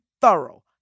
thorough